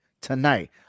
tonight